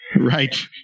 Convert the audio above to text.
Right